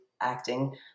acting